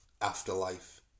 afterlife